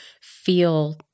feel